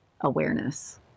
awareness